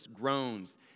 groans